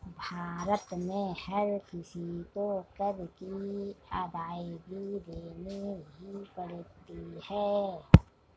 भारत में हर किसी को कर की अदायगी देनी ही पड़ती है